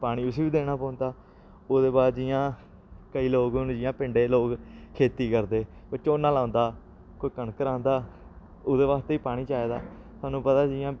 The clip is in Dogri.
पानी उस्सी बी देना पौंदा ओह्दे बाद जि'यां केईं लोक हून जि'यां पिडें च लोक खेती करदे कोई झोन्ना लांदा कोई कनक रांह्दा ओह्दे आस्तै बी पानी चाहिदा थुआनूं पता जि'यां